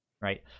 right